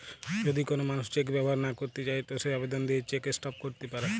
যদি কোন মানুষ চেক ব্যবহার না কইরতে চায় তো সে আবেদন দিয়ে চেক স্টপ ক্যরতে পারে